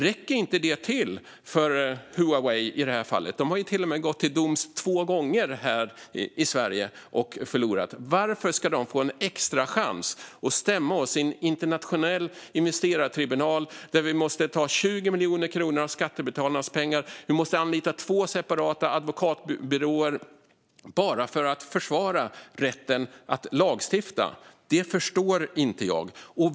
Räcker inte det till för Huawei, i det här fallet? De har till och med gått till domstol två gånger i Sverige och förlorat. Varför ska de få en extrachans att stämma oss i en internationell investerartribunal där vi måste ta 20 miljoner kronor av skattebetalarnas pengar? Vi måste anlita två separata advokatbyråer bara för att försvara rätten att lagstifta. Det förstår inte jag.